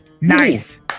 Nice